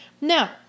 Now